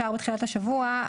שאושר בתחילת השבוע,